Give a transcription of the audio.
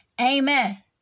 Amen